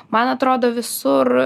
man atrodo visur